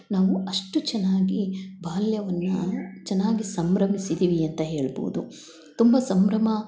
ನಾವು ಅಷ್ಟು ಚೆನ್ನಾಗಿ ಬಾಲ್ಯವನ್ನು ಚೆನ್ನಾಗಿ ಸಂಭ್ರಮಿಸಿದ್ದೀವಿ ಅಂತ ಹೇಳ್ಬೋದು ತುಂಬ ಸಂಭ್ರಮ